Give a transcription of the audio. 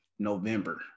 November